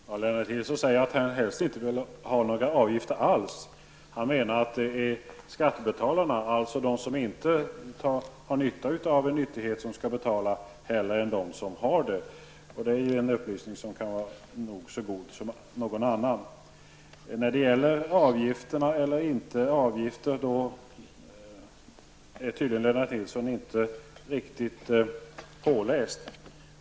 Herr talman! Lennart Nilsson säger att han helst inte vill ha några avgifter alls. Han menar att skattebetalarna, alltså de som inte har nytta av en nyttighet, skall betala hellre än att de som har nytta av verksamheten får betala. Det är ju en upplysning som kan vara nog så god som någon annan. Lennart Nilsson är tydligen inte riktigt påläst när det gäller avgift eller inte avgift.